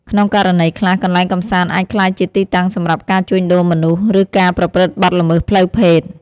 ក្នុងករណីខ្លះ កន្លែងកម្សាន្តអាចក្លាយជាទីតាំងសម្រាប់ការជួញដូរមនុស្ស ឬការប្រព្រឹត្តបទល្មើសផ្លូវភេទ។